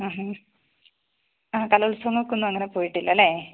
ആ ഹാ ആ കലോത്സവങ്ങള്ക്കൊന്നും അങ്ങനെ പോയിട്ടില്ലല്ലേ